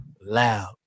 loud